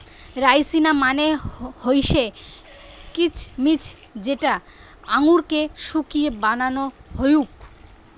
রাইসিনা মানে হৈসে কিছমিছ যেটা আঙুরকে শুকিয়ে বানানো হউক